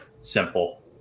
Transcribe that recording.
simple